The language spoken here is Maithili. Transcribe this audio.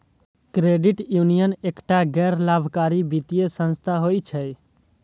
क्रेडिट यूनियन एकटा गैर लाभकारी वित्तीय संस्थान होइ छै